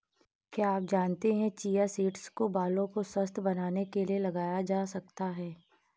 क्या आप जानते है चिया सीड्स को बालों को स्वस्थ्य बनाने के लिए लगाया जा सकता है?